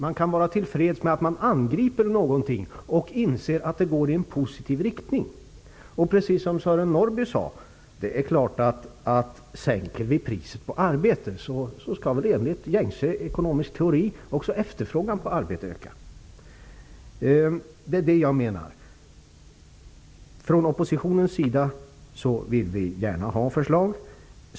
Man kan vara tillfreds med att man angriper ett problem och inser att det går i en positiv riktning. Precis som Sören Norrby sade är det klart att en sänkning av priset på arbete enligt gängse ekonomisk teori kommer att innebära att efterfrågan på arbete också ökar. Det är det jag menar. Från oppositionens sida vill vi gärna ha förslag.